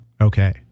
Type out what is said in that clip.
Okay